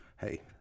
hey